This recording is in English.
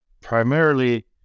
primarily